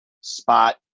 spot